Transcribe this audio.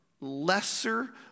lesser